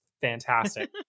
fantastic